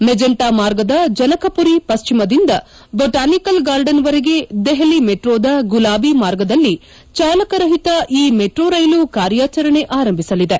magenta ಮಾರ್ಗದ ಜನಕಮರಿ ಪಶ್ಚಿಮದಿಂದ botanical ಗಾರ್ಡನ್ವರೆಗೆ ದೆಹಲಿ ಮೆಟ್ರೋದ ಗುಲಾಬಿ ಮಾರ್ಗದಲ್ಲಿ ಚಾಲಕ ರಹಿತ ಈ ಮೆಟ್ರೋರೈಲು ಕಾರ್ಯಾಚರಣೆ ಆರಂಭಿಸಲಿದೆ